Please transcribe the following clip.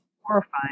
horrifying